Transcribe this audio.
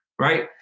Right